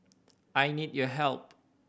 I need your help